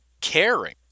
caring